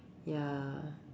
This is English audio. ya